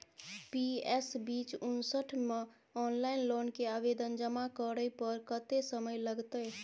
PS बीच उनसठ म ऑनलाइन लोन के आवेदन जमा करै पर कत्ते समय लगतै?